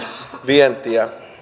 vientiä